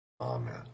Amen